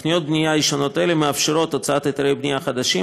תוכניות בנייה ישנות אלו מאפשרות הוצאת היתרי בנייה חדשים,